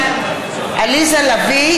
(קוראת בשם חברת הכנסת) עליזה לביא,